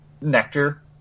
nectar